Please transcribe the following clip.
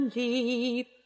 deep